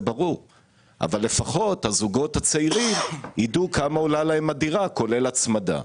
אבל לפחות הזוגות הצעירים ידעו כמה עולה להם הדירה כולל ההצמדה.